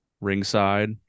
Ringside